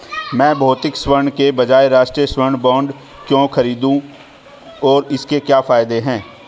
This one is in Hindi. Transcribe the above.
मैं भौतिक स्वर्ण के बजाय राष्ट्रिक स्वर्ण बॉन्ड क्यों खरीदूं और इसके क्या फायदे हैं?